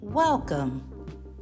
Welcome